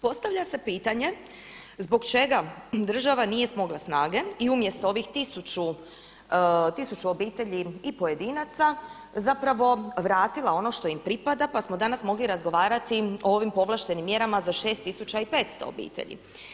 Postavlja se pitanje zbog čega država nije smogla snage i umjesto ovih 1000 obitelji i pojedinaca zapravo vratila ono što im pripada pa smo danas mogli razgovarati o ovim povlaštenim mjerama za 6500 obitelji.